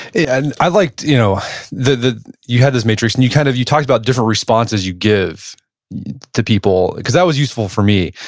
yeah and i liked you know that you had this matrix, and you kind of you talked about different responses you give to people. because that was useful for me.